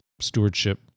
stewardship